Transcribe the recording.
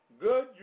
good